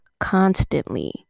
constantly